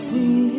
Sing